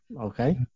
okay